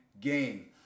game